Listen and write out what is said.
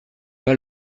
pas